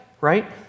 right